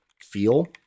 feel